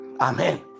Amen